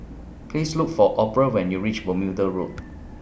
Please Look For Orpha when YOU REACH Bermuda Road